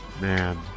man